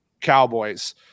Cowboys